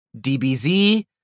DBZ